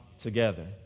together